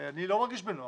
אני לא מרגיש בנוח.